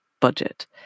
budget